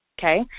okay